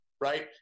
right